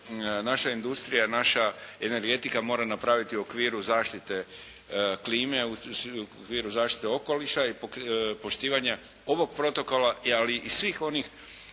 naša industrija i naša energetika mora napraviti u okviru zaštite klime, u okviru zaštite okoliša i poštivanja ovog protokola, ali i svih onih